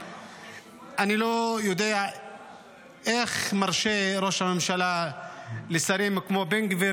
אני לא יודע איך ראש הממשלה מרשה לשרים כמו בן גביר